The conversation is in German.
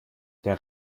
der